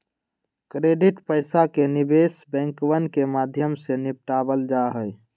credit पैसा के निवेश बैंकवन के माध्यम से निपटावल जाहई